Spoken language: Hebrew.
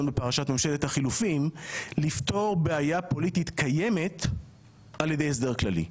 בפרשת ממשלת החילופין לפתור בעיה פוליטית קיימת על ידי הסדר כללי.